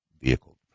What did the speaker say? vehicle